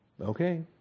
okay